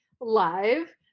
live